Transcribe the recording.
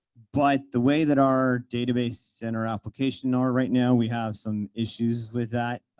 but the way that our database and our application are right now, we have some issues with that.